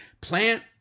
Plant